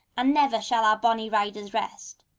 and never shall our bonny riders rest,